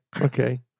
Okay